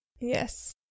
Yes